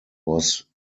was